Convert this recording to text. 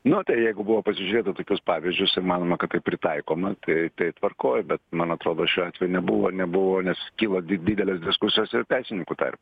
nu jeigu buvo pasižiūrėta tokius pavyzdžius ir manoma kad tai pritaikoma tai tai tvarkoj bet man atrodo šiuo atveju nebuvo nebuvo nes kilo di didelės diskusijos ir teisininkų tar